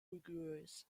rugueuse